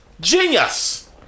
Genius